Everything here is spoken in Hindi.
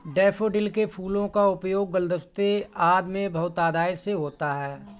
डैफोडिल के फूलों का उपयोग गुलदस्ते आदि में बहुतायत से होता है